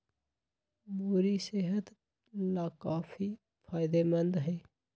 मूरी सेहत लाकाफी फायदेमंद हई